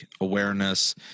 awareness